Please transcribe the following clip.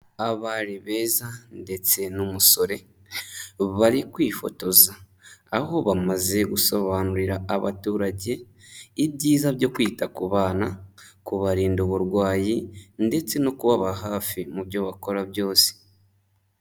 Abari beza ndetse n'umusore bari kwifotoza, aho bamaze gusobanurira abaturage, ibyiza byo kwita ku bana, kubarinda uburwayi ndetse no kubaba hafi mu byo bakora byose.